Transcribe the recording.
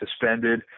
suspended